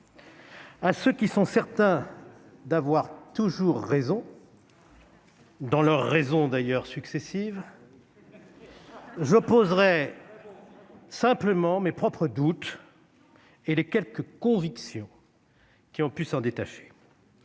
À ceux qui sont certains d'avoir toujours raison, dans leurs raisons d'ailleurs successives, j'opposerai simplement mes propres doutes et les quelques convictions qui ont pu s'en détacher.